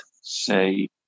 say